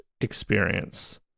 experience